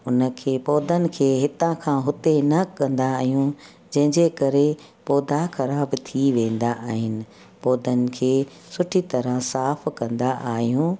उनखे पोधनि खे हितांखां हुते न कंदा आहियूं जंहिंजे करे पोधा ख़राब थी वेंदा आहिनि पोधनि खे सुठी तरह साफ़ु कंदा आहियूं